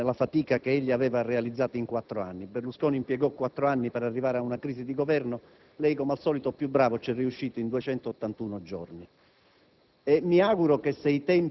ad arrivare con molto anticipo nella fatica che egli aveva realizzato in quattro anni. Berlusconi impiegò quattro anni per arrivare ad una crisi di governo. Lei, come al solito più bravo, ci è riuscito in 281 giorni.